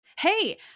Hey